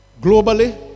globally